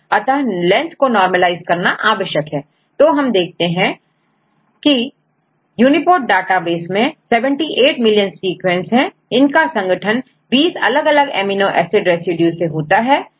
अतः लेंथ को Normalize करना आवश्यक है A तो हम देखते हैं के यूनीपोर्ट डाटाबेस में 78मिलियंस सीक्वेंस है इनका संगठन 20 अलग अलग एमिनो एसिड रेसिड्यू से होता है